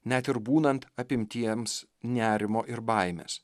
net ir būnant apimtiems nerimo ir baimės